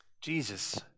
Jesus